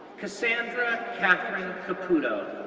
cassandra kathryn caputo,